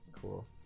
Cool